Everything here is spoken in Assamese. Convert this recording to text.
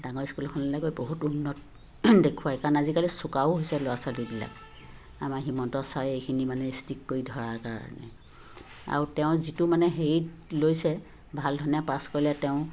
ডাঙৰ স্কুল এখনলে গৈ বহুত উন্নত দেখুৱায় কাৰণ আজিকালি চোকাও হৈছে ল'ৰা ছোৱালীবিলাক আমাৰ হিমন্ত ছাৰে এইখিনি মানে ষ্টিক কৰি ধৰাৰ কাৰণে আৰু তেওঁ যিটো মানে হেৰিত লৈছে ভাল ধৰণে পাছ কৰিলে তেওঁ